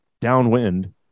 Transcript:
downwind